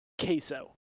queso